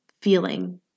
feeling